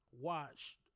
watched